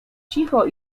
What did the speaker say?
cicho